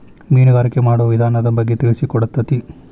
ಮೇನುಗಾರಿಕೆ ಮಾಡುವ ವಿಧಾನದ ಬಗ್ಗೆ ತಿಳಿಸಿಕೊಡತತಿ